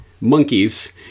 Monkeys